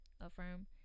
affirm